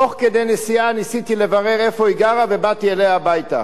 תוך כדי נסיעה ניסיתי לברר איפה היא גרה ובאתי אליה הביתה.